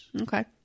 Okay